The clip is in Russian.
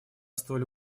столь